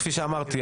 כפי שאמרתי,